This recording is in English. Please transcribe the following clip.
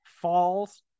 falls